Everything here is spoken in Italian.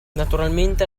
naturalmente